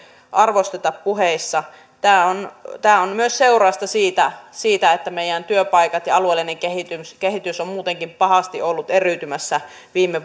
arvosteta puheissa tämä on tämä on myös seurausta siitä siitä että meidän työpaikat ja alueellinen kehitys ovat muutenkin pahasti olleet eriytymässä viime